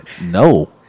No